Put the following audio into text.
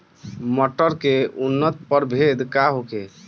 मटर के उन्नत प्रभेद का होखे?